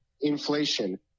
inflation